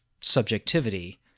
subjectivity